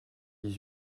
dix